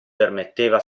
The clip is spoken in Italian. permetteva